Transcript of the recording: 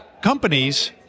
companies